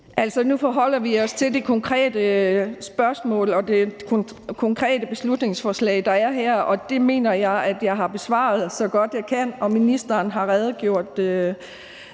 Nu forholder vi os til det konkrete beslutningsforslag og det konkrete spørgsmål, der er her, og det mener jeg at jeg har besvaret, så godt jeg kan, og ministeren har redegjort